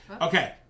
Okay